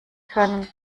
können